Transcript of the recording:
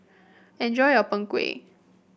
enjoy your Png Kueh